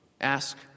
ask